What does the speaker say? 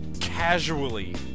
casually